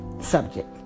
subject